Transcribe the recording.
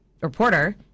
reporter